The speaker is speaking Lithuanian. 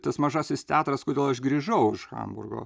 tas mažasis teatras kodėl aš grįžau iš hamburgo